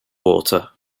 water